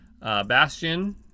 Bastion